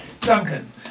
Duncan